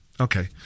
Okay